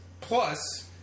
plus